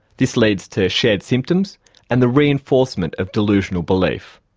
this leads to shared symptoms and the re-enforcement of delusional belief.